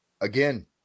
Again